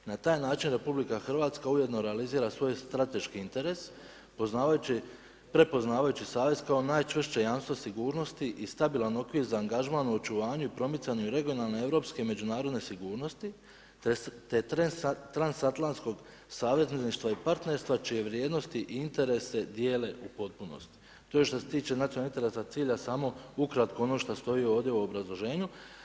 Na taj način RH ujedno realizira svoj strateški interes prepoznavajući savez kao najčvršće jamstvo sigurnosti i stabilan okvir za angažman u očuvanju i promicanju regionalne europske i međunarodne sigurnosti te transatlantskog savezništva i partnerstva čije vrijednosti i interese dijele u potpunosti.“ To je što se tiče nacionalnog interesa cilja samo ukratko ono što stoji ovdje u obrazloženju.